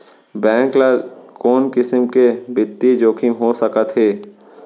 Bank ल कोन किसम के बित्तीय जोखिम हो सकत हे?